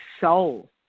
soul